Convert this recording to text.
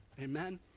Amen